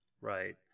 right